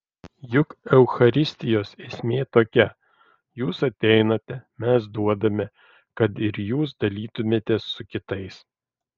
juk eucharistijos esmė tokia jūs ateinate mes duodame kad ir jūs dalytumėtės su kitais